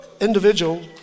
individual